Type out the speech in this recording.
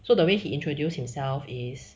so the way he introduced himself is